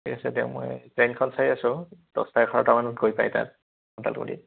ঠিক আছে দিয়ক মই গাড়ী এখন চাই আছো দহটা এঘাৰটামানত গৈ পাই তাত